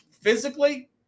physically